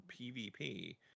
PvP